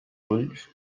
ulls